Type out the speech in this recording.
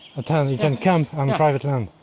a tent? you can camp on private land?